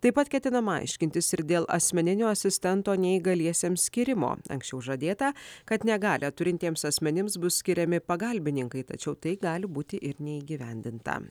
taip pat ketinama aiškintis ir dėl asmeninio asistento neįgaliesiems skyrimo anksčiau žadėta kad negalią turintiems asmenims bus skiriami pagalbininkai tačiau tai gali būti ir neįgyvendinta